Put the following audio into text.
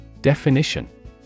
Definition